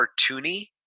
cartoony